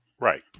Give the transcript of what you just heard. right